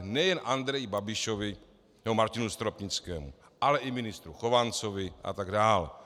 Nejen Andreji Babišovi nebo Martinu Stropnickému, ale i ministru Chovancovi a tak dál.